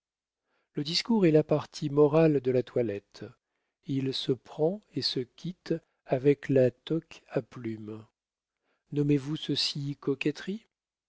le discours est la partie morale de la toilette il se prend et se quitte avec la toque à plumes nommez-vous ceci coquetterie